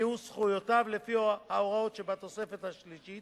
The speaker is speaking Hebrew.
נפגעו זכויותיו לפי ההוראות שבתוספת השלישית